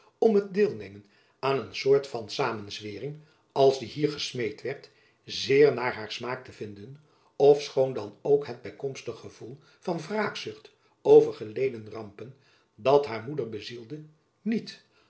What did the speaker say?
om het deelnemen aan een soort van samenzwering als die hier gesmeed werd zeer naar haar smaak te vinden ofschoon dan ook het bykomstig gevoel van wraakzucht over geleden rampen dat haar moeder bezielde niet